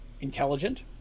intelligent